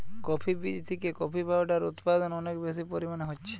coffee বীজ থিকে coffee powder উদপাদন অনেক বেশি পরিমাণে হচ্ছে